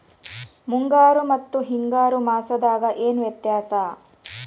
ಮುಂಗಾರು ಮತ್ತ ಹಿಂಗಾರು ಮಾಸದಾಗ ಏನ್ ವ್ಯತ್ಯಾಸ?